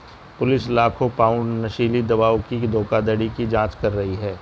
police लाखों pound नशीली दवाओं की धोखाधड़ी की जांच कर रही है